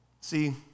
See